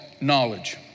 knowledge